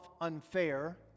unfair